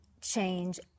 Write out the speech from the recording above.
change